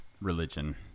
religion